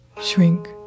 Shrink